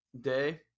day